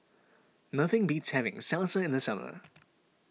nothing beats having Salsa in the summer